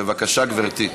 בבקשה, גברתי.